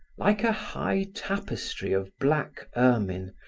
like a high tapestry of black ermine,